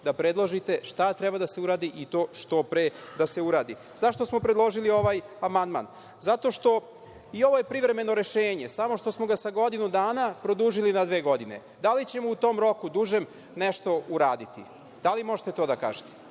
da predložite šta treba da se uradi i to što pre da se uradi.Zašto smo predložili ovaj amandman? Zato što, i ovo je privremeno rešenje, samo što smo ga sa godinu dana produžili na dve godine. Da li ćemo u tom dužem roku nešto uraditi, da li možete to da kažete,